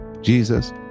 Jesus